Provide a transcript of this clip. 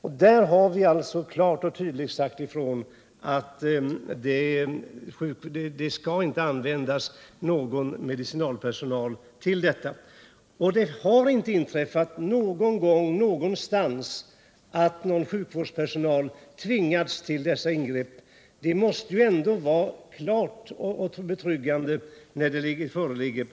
Vi har klart sagt ifrån att medicinalpersonal med den inställningen inte skall användas för sådana ingrepp. Det har inte heller någon gång inträffat att sjukvårdspersonal tvingats medverka vid sådana. Det måste ju ändå vara en betryggande omständighet.